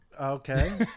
Okay